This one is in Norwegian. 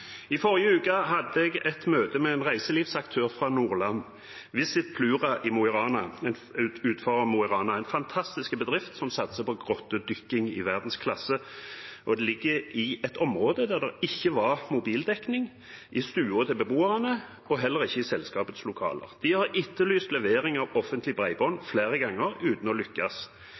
I forrige uke hadde jeg et møte med en reiselivsaktør fra Nordland: Visit Plura utenfor Mo i Rana. Det et en fantastisk bedrift som satser på grottedykking i verdensklasse, og den ligger i et område der det ikke var mobildekning i stua til beboerne, og heller ikke i selskapets lokaler. De har etterlyst levering av offentlig bredbånd flere ganger uten å lykkes.